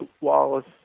Wallace